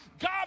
God